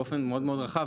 באופן מאוד רחב,